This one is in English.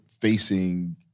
facing